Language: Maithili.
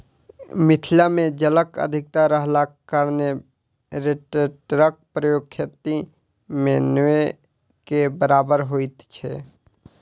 मिथिला मे जलक अधिकता रहलाक कारणेँ रोटेटरक प्रयोग खेती मे नै के बराबर होइत छै